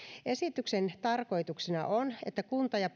esityksen tarkoituksena on että kunta ja